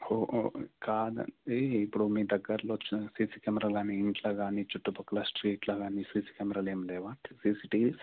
కాదండి ఇప్పుడు మీ దగ్గరలో వచ్చిన సీసీ కెమెరా గానీ ఇంట్లో గానీ చుట్టుపక్కల స్ట్రీట్లో గానీ సీసీ కెమెరాలు ఏం లేవా సీసీ టీవీస్